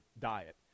diet